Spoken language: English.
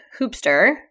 hoopster